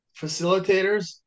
facilitators